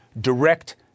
direct